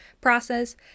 process